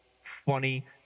funny